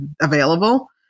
available